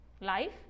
Life